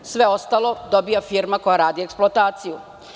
Sve ostalo dobija firma koja radi eksploataciju.